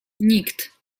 nikt